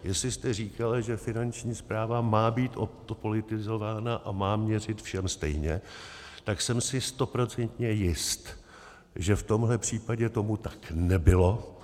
Jestli jste říkala, že Finanční správa má být odpolitizována a má měřit všem stejně, tak jsem si stoprocentně jist, že v tomhle případě tomu tak nebylo.